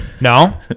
No